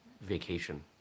vacation